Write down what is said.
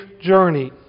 journey